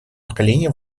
поколением